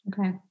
Okay